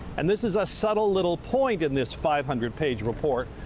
and this is a subtle little point in this five hundred page report.